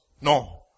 No